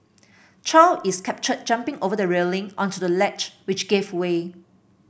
chow is captured jumping over the railing onto the ledge which gave way